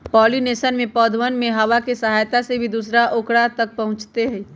pollination में पौधवन में हवा के सहायता से भी दूसरा औकरा तक पहुंचते हई